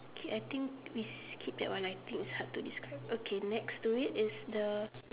K I think we skip that one I think it's hard to describe okay next to it is the